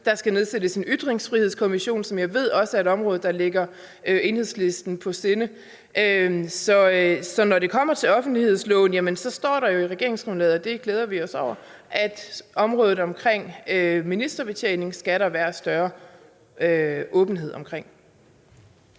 Der skal nedsættes en ytringsfrihedskommission, som jeg ved er et område, der ligger Enhedslisten på sinde. Så når det kommer til offentlighedsloven, står der i regeringsgrundlaget, og det glæder vi os over, at området ministerbetjening skal der være større åbenhed om.